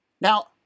Now